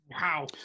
Wow